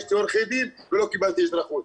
הגשתי עם עורכי דין ולא קיבלתי אזרחות.